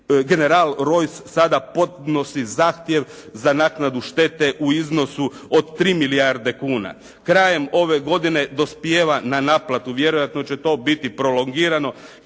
General Rojs sada podnosi zahtjev za naknadu štete u iznosu od 3 milijarde kuna. Krajem ove godine dospijeva na naplatu, vjerojatno će to biti prolongirano